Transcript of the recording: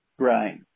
Right